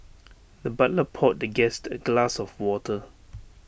the butler poured the guest A glass of water